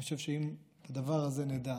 אני חושב שאם את הדבר הזה נדע,